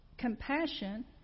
Compassion